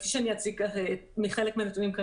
לפני שאני אציג חלק מהנתונים,